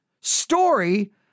story